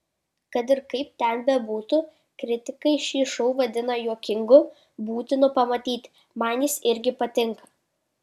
kad ir kaip ten bebūtų kritikai šį šou vadina juokingu būtinu pamatyti man jis irgi patinka